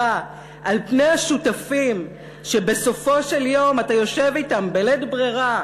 על פני השותפים שבסופו של יום אתה יושב אתם בלית ברירה,